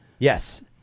Yes